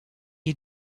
you